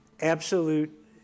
absolute